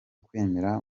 kwemera